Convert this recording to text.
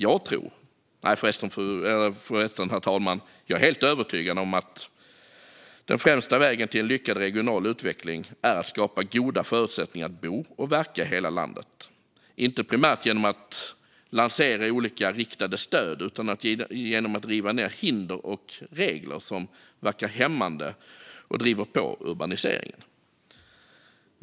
Jag tror, eller är övertygad om, herr talman, att den främsta vägen till en lyckad regional utveckling är att skapa goda förutsättningar att bo och verka i hela landet, inte primärt genom att lansera olika riktade stöd utan genom att riva ned hinder och regler som verkar hämmande och driver på urbaniseringen.